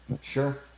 Sure